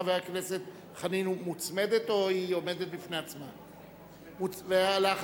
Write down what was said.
או היא עומדת בפני עצמה, הצעתו של חבר הכנסת חנין?